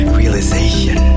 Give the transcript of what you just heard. realization